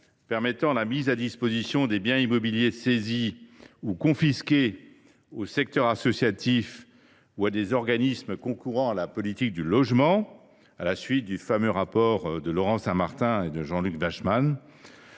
permet la mise à disposition des biens immobiliers saisis ou confisqués au secteur associatif ou à des organismes concourant à la politique du logement, à la suite du rapport de Laurent Saint Martin et Jean Luc Warsmann,